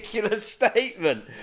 Statement